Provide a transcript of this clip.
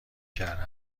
کرده